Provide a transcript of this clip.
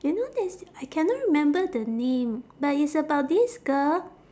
you know there's I cannot remember the name but it's about this girl